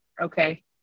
okay